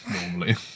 normally